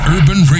Urban